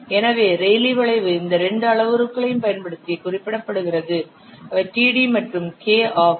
எனவே ரெய்லீ வளைவு இந்த இரண்டு அளவுருக்களையும் பயன்படுத்தி குறிப்பிடப்படுகிறது அவை td மற்றும் K ஆகும்